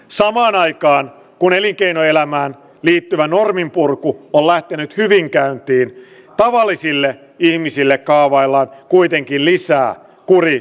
samaan aikaan kun elinkeinoelämään liittyvä normien purku palaa nyt hyvinkään tim holisille ihmisille kaavaillaan kuitenkin lisää kuori